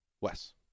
Wes